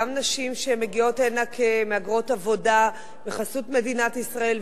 גם נשים שמגיעות הנה כמהגרות עבודה בחסות מדינת ישראל,